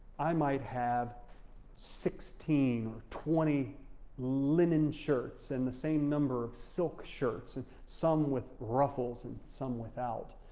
i might have sixteen or twenty linen shirts and the same number of silk shirts, and some with ruffles and some without.